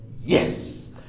yes